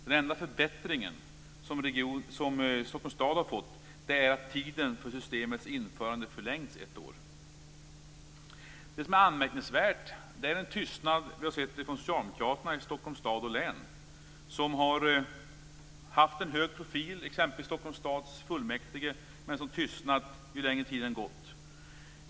Den enda förbättring som Stockholms stad har fått är att tiden för systemets införande förlängs ett år. Det som är anmärkningsvärt är tystnaden från socialdemokraterna i Stockholms stad och län som har haft en hög profil i exempelvis Stockholms stads fullmäktige men som tystnat ju längre tiden gått.